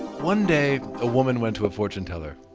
one day, a woman went to a fortune teller.